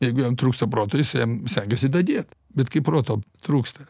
jeigu jam trūksta proto jis jam stengiasi dadėt bet kai proto trūksta